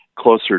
Closer